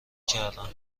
کردم